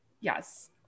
Yes